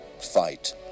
fight